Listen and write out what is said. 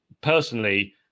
personally